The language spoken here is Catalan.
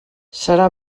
serà